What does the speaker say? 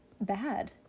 bad